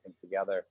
together